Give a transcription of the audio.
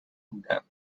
بودم